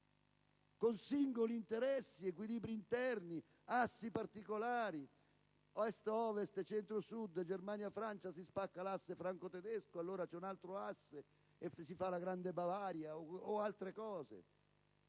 con singoli interessi, equilibri interni, assi particolari: Est-Ovest, Centro-Sud, Germania-Francia. Si spacca l'asse franco-tedesco e allora c'è un altro asse e si fa la grande Bavaria o altre cose.